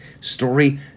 story